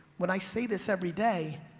when i say this everyday,